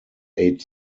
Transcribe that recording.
aid